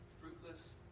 fruitless